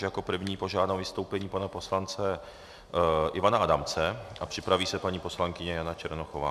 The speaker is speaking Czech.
Jako první požádám o vystoupení pana poslance Ivana Adamce a připraví se paní poslankyně Jana Černochová.